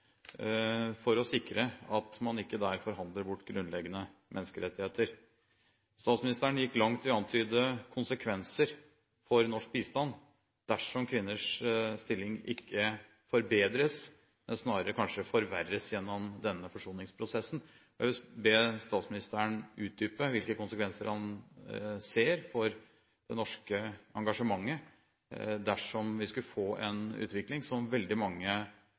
for å sikre at man ikke der forhandler bort grunnleggende menneskerettigheter. Statsministeren gikk langt i å antyde konsekvenser for norsk bistand dersom kvinners stilling ikke forbedres, men kanskje snarere forverres gjennom denne forsoningsprosessen. Jeg vil be statsministeren utdype hvilke konsekvenser han ser for det norske engasjementet dersom vi skulle få en utvikling som veldig mange